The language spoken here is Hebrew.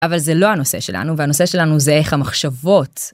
אבל זה לא הנושא שלנו, והנושא שלנו זה איך המחשבות.